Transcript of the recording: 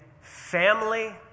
family